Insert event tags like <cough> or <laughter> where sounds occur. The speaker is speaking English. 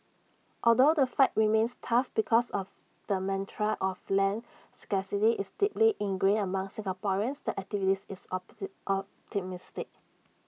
although the fight remains tough because of the mantra of land scarcity is deeply ingrained among Singaporeans the activist is <unintelligible> optimistic